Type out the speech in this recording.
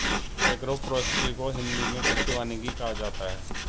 agroforestry को हिंदी मे कृषि वानिकी कहा जाता है